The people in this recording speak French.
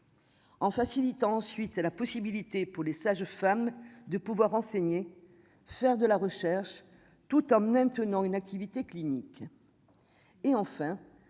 En facilitant, ensuite c'est la possibilité pour les sages femmes de pouvoir enseigner, faire de la recherche tout en même tenant une activité clinique. Et enfin